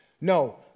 No